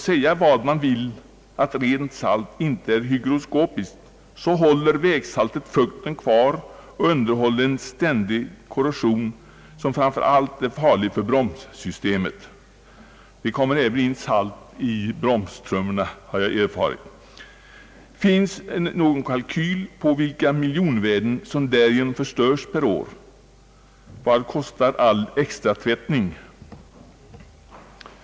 Säga vad man vill om att rent salt inte är hygroskopiskt så håller vägsaltet fukten kvar och underhåller en ständig korrosion som framför allt är farlig för bromssystemet. Finns någon kalkyl på vilka miljonvärden som därigenom förstörs per år? Vad kostar all extra-tvättning?